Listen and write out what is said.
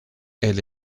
elle